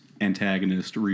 antagonist